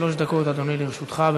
שלוש דקות, אדוני, לרשותך.